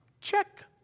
Check